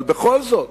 אבל בכל זאת,